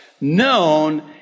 known